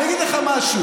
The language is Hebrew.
אני אגיד לך משהו.